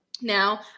Now